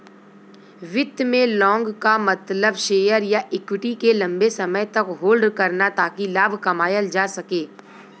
वित्त में लॉन्ग क मतलब शेयर या इक्विटी के लम्बे समय तक होल्ड करना ताकि लाभ कमायल जा सके